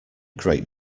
great